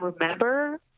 remember